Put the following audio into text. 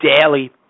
daily